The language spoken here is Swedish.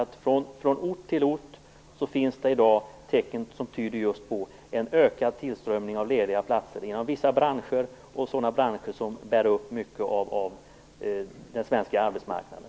Men från ort till ort finns det i dag tecken som tyder på en ökad tillströmning av lediga platser inom vissa branscher, och just sådana branscher som bär upp mycket av den svenska arbetsmarknaden.